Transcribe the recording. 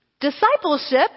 Discipleship